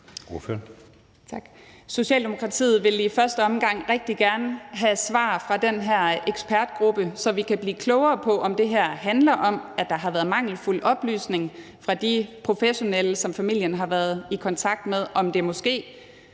Socialdemokratiet vil i første omgang rigtig gerne have svar fra den her ekspertgruppe, så vi kan blive klogere på, om det her handler om, at der har været mangelfulde oplysninger fra de professionelle, som familien har været i kontakt med – om det måske,